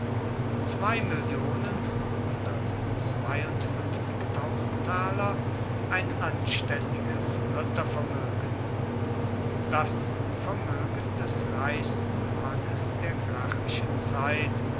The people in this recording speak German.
ein anständiges rittervermögen das vermögen des reichsten mannes der gracchischen zeit